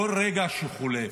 כל רגע שחולף,